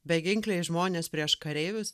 beginkliai žmonės prieš kareivius